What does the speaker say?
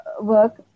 work